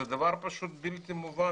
זה דבר פשוט בלתי מובן,